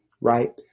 right